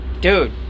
Dude